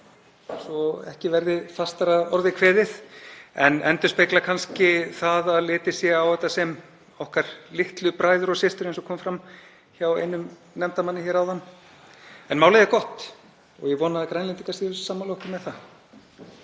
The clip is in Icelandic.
að ekki verði fastar að orði kveðið, en endurspeglar kannski það að litið sé á þá sem okkar litlu bræður og systur, eins og kom fram hjá einum nefndarmanni hér áðan. En málið er gott og ég vona að Grænlendingar séu sammála okkur um það.